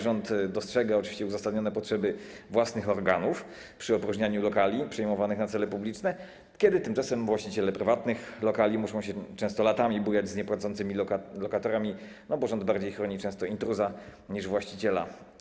Rząd dostrzega oczywiście uzasadnione potrzeby własnych organów przy opróżnianiu lokali przejmowanych na cele publiczne, kiedy tymczasem właściciele prywatnych lokali muszą często latami bujać się z niepłacącymi lokatorami, bo rząd często bardziej chroni intruza niż właściciela.